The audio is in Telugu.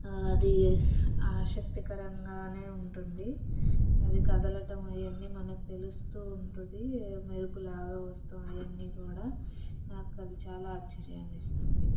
అది ఆసక్తికరంగానే ఉంటుంది అది కదలడం అవ్వన్నీ మనకి తెలుస్తు ఉంటుంది మెరుపులాగ వస్తాయి అవ్వన్నీ కూడా నాకది చాలా ఆశ్చర్యాన్ని ఇస్తుంది